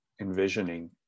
envisioning